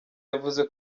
yavuze